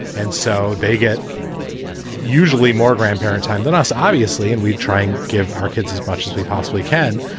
and so they get usually more grandparents time than us, obviously, and we try and give our kids as much as we possibly can.